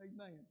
Amen